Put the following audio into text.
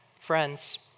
Friends